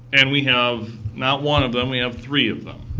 and we have not one of them, we have three of them.